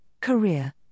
career